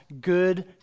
good